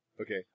Okay